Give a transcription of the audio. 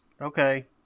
Okay